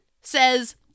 says